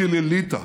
השרה לנדבר,